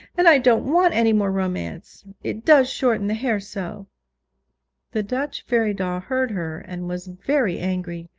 and i don't want any more romance it does shorten the hair so the dutch fairy doll heard her and was very angry,